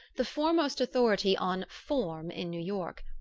the foremost authority on form in new york.